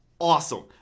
awesome